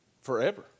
forever